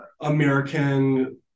American